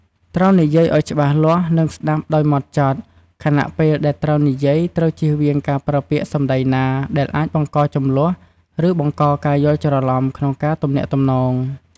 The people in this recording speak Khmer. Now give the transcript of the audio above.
ត្រូវនិយាយអោយច្បាស់លាស់ និងស្តាប់ដោយម៉ត់ចត់ ខណៈពេលដែលត្រូវនិយាយត្រូវជៀសវាងការប្រើពាក្យសម្ដីណាដែលអាចបង្ករជម្លោះ ឬបង្កការយល់ច្រឡំក្នុងការទំនាក់ទំនង។